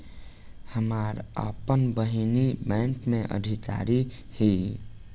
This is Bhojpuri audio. हमार आपन बहिनीई बैक में अधिकारी हिअ